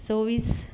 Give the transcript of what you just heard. सवीस